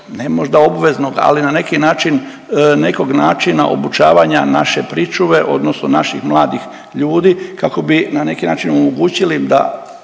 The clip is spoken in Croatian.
ne možda obveznog ali na neki način nekog načina obučavanja naše pričuve odnosno naših mladih ljudi kako bi na neki način omogućili im